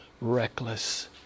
reckless